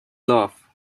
love